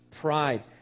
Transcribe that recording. pride